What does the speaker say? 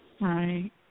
Right